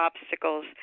obstacles